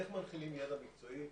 איך מנחילים ידע מקצועי?